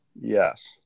Yes